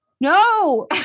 no